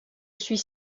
suis